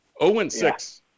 0-6